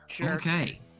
Okay